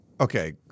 okay